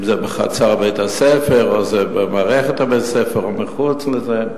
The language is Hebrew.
אם בחצר בית-הספר ואם במערכת בית-הספר או מחוצה לה.